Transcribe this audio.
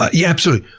ah yeah absolutely.